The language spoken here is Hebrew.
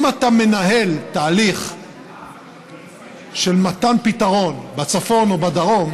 אם אתה מנהל תהליך של מתן פתרון בצפון או בדרום,